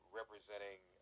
representing